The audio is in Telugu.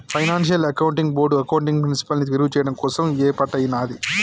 ఫైనాన్షియల్ అకౌంటింగ్ బోర్డ్ అకౌంటింగ్ ప్రిన్సిపల్స్ని మెరుగుచెయ్యడం కోసం యేర్పాటయ్యినాది